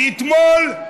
ואתמול,